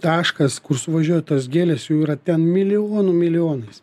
taškas kur suvažiuoja tos gėlės jų yra ten milijonų milijonais